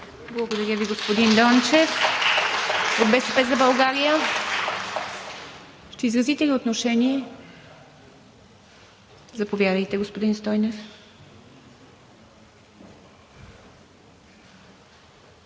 Благодаря Ви, господин Дончев. От „БСП за България“ ще изразите ли отношение? Заповядайте, господин Стойнев.